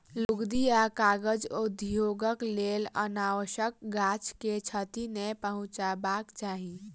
लुगदी आ कागज उद्योगक लेल अनावश्यक गाछ के क्षति नै पहुँचयबाक चाही